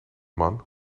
man